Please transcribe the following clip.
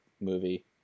movie